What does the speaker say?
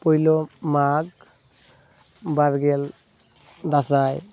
ᱯᱳᱭᱞᱳ ᱢᱟᱜᱽ ᱵᱟᱨᱜᱮᱞ ᱫᱟᱥᱟᱭ